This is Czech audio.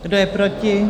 Kdo je proti?